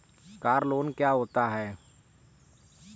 Car loan क्या होता है?